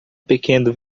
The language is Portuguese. pequeno